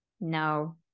No